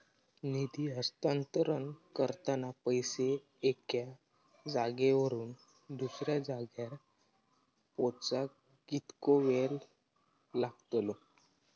निधी हस्तांतरण करताना पैसे एक्या जाग्यावरून दुसऱ्या जाग्यार पोचाक कितको वेळ लागतलो?